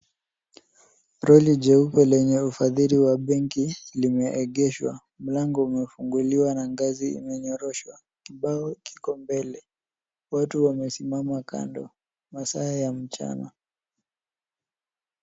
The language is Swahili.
Lori jeupe lenye ufadhili wa benki limeegeshwa. Mlango umefunguliwa na ngazi imenyoroshwa. Kibao kiko mbele, watu wamesimama mbele masaa ya mchana.